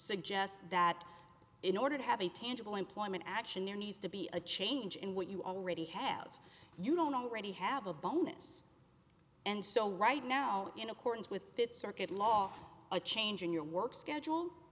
suggests that in order to have a tangible employment action there needs to be a change in what you already have you don't already have a bonus and so right now in accordance with that circuit law a change in your work schedule